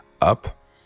up